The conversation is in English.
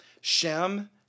Shem